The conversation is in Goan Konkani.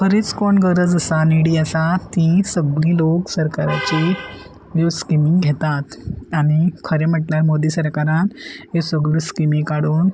खरीच कोण गरज आसा निडी आसा ती सगळी लोक सरकाराची ह्यो स्किमी घेतात आनी खरें म्हटल्यार मोदी सरकारान ह्यो सगळ्यो स्किमी काडून